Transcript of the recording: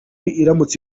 iramutse